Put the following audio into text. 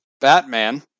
Batman